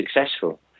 successful